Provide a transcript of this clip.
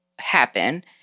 happen